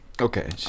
Okay